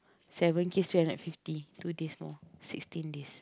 seven kiss two hundred and fifty two days more sixteen days